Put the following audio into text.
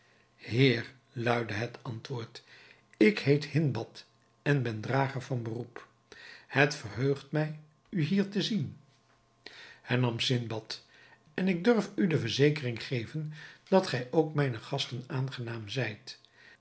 heer luidde het antwoord ik heet hindbad en ben drager van beroep het verheugt mij u hier te zien hernam sindbad en ik durf u de verzekering geven dat gij ook mijnen gasten aangenaam zijt